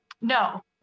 No